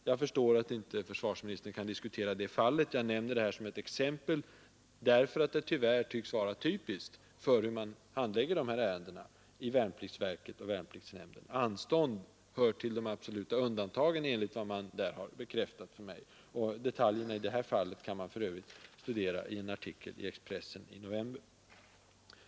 Jag förstår emellertid att försvarsministern inte kan diskutera detta speciella fall; jag nämner det bara som ett exempel därför att det tyvärr tycks vara typiskt för hur man handlägger sådana här ärenden i värnpliktsverket och värnpliktsnämnden. Enligt vad man bekräftat för mig hör det till de absoluta undantagen att man i värnpliktsverket och värnpliktsnämnden beviljar anstånd. Detaljerna i övrigt i detta fall kan man studera i en artikel i Expressen i november.